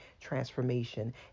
transformation